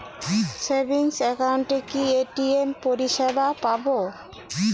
Savings একাউন্টে কি ATM পরিসেবা পাব?